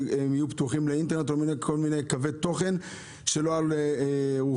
יהיו פתוחים לאינטרנט או לכל מיני קווי תוכן שלא לרוחנו.